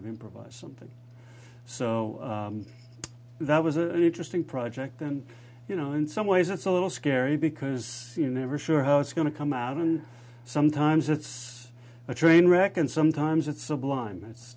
of improvise something so that was an interesting project and you know in some ways it's a little scary because you never sure how it's going to come out and sometimes it's a train wreck and sometimes it's subli